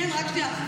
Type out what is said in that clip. רק שנייה.